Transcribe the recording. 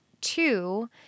two